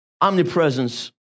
omnipresence